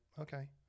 Okay